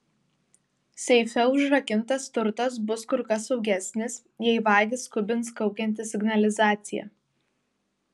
seife užrakintas turtas bus kur kas saugesnis jei vagį skubins kaukianti signalizacija